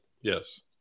Yes